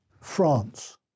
France